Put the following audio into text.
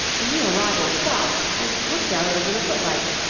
the new arrival stopped and looked out over the footlights,